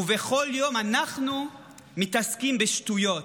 ובכל יום אנחנו מתעסקים בשטויות.